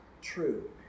true